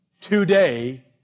today